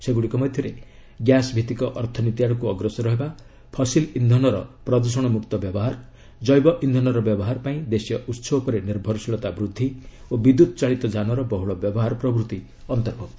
ସେଗୁଡ଼ିକ ମଧ୍ୟରେ ଗ୍ୟାସ୍ ଭିଭିକ ଅର୍ଥନୀତି ଆଡ଼କୁ ଅଗ୍ରସର ହେବା ଫସିଲ ଇନ୍ଧନର ପ୍ରଦୂଷଣ ମୁକ୍ତ ବ୍ୟବହାର ଜୈବ ଇନ୍ଧନର ବ୍ୟବହାର ପାଇଁ ଦେଶୀୟ ଉତ୍ସ ଉପରେ ନିର୍ଭରଶୀଳତା ବୃଦ୍ଧି ଓ ବିଦ୍ୟୁତ୍ ଚାଳିତ ଯାନର ବହୁଳ ବ୍ୟବହାର ଅନ୍ତର୍ଭ୍ଭକ୍ତ